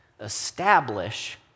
Establish